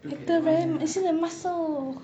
look at the I see the muscle